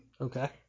okay